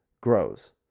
grows